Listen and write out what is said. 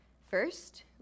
First